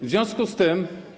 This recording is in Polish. W związku z tym.